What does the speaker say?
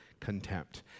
contempt